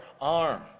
arm